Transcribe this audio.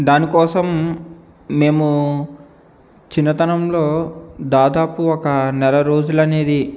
దానికోసం మేము చిన్నతనంలో దాదాపు ఒక నెల రోజులనేది